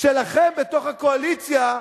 שלכם בתוך הקואליציה,